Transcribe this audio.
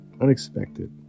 unexpected